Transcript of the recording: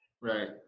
Right